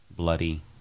bloody